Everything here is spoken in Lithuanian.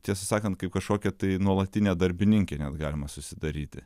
tiesą sakant kaip kažkokia tai nuolatinė darbininkė net galima susidaryti